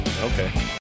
Okay